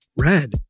red